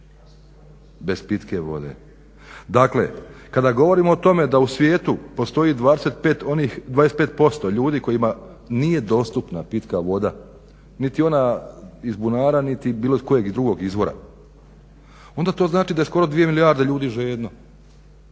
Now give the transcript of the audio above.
bez pitke vode. Dakle, kada govorimo o tome da u svijetu postoji 25 onih, 25% ljudi kojima nije dostupna pitka voda, niti ona iz bunara, niti iz bilo kojeg drugog izvora onda to znači da je skoro 2 milijarde ljudi žedno,